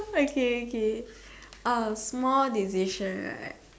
okay okay a small decision right